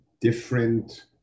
different